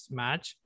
match